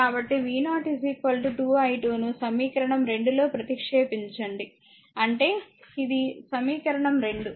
కాబట్టి v0 2i2 ను సమీకరణం 2 లో ప్రతిక్షేపించండి అంటే ఇది సమీకరణం 2